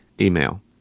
email